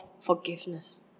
forgiveness